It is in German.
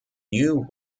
new